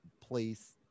place